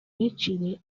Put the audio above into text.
wiciwe